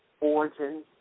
origin